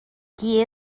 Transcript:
qui